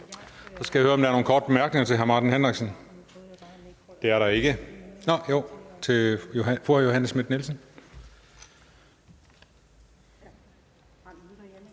Så skal jeg høre, om der er nogle korte bemærkninger til hr. Martin Henriksen. Det er der fra fru Johanne Schmidt-Nielsen.